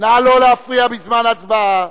נא לא להפריע בזמן הצבעה.